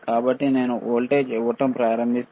కాబట్టి నేను వోల్టేజ్ ఇవ్వడం ప్రారంభిస్తే